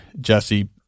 Jesse